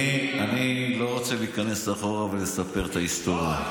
אני לא רוצה לחזור אחורה ולספר את ההיסטוריה,